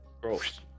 gross